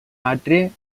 atri